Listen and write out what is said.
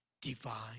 divine